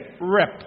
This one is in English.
Rip